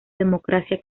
democracia